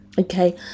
okay